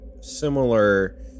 similar